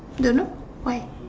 don't know why